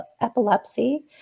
epilepsy